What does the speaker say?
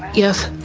yes.